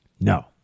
No